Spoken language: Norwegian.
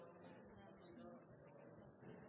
bestride, men jeg har